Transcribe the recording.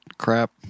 crap